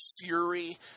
fury